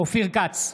אופיר כץ,